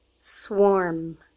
Swarm